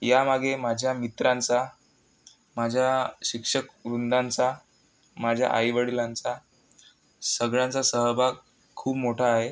यामागे माझ्या मित्रांचा माझ्या शिक्षकवृंदाचा माझ्या आईवडिलांचा सगळ्यांचा सहभाग खूप मोठा आहे